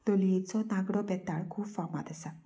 लोलयेचो नागडो बेताळ खूब फामाद आसा